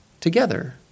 together